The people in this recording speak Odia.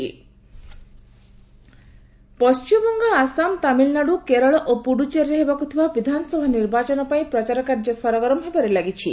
ଇଲେକ୍ସନ୍ କ୍ୟାମ୍ପେନିଂ ପଶ୍ଚିମବଙ୍ଗ ଆସାମ ତାମିଲନାଡୁ କେରଳ ଓ ପୁଡୁଚେରୀରେ ହେବାକୁ ଥିବା ବିଧାନସଭା ନିର୍ବାଚନ ପାଇଁ ପ୍ରଚାର କାର୍ଯ୍ୟ ସରଗରମ ହେବାରେ ଲାଗିଛି